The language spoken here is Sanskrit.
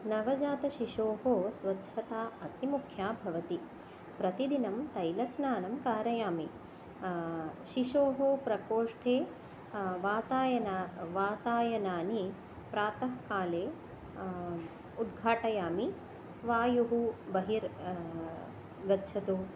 नवजातशिशोः स्वच्छता अति मुख्या भवति प्रतिदिनं तैलस्नानं कारयामि शिशोः प्रकोष्ठे वातायनं वातायनानि प्रातःकाले उद्घाटयामि वायुः बहिर् गच्छतु